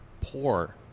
poor